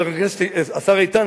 השר איתן,